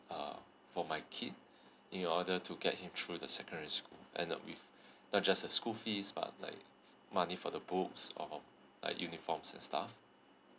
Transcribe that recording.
uh for my kid in order to get him through the secondary school and uh with not just the school fees but like money for the books or like uniforms and stuff